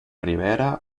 ribera